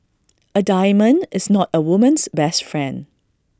A diamond is not A woman's best friend